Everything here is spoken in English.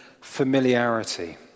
familiarity